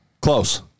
Close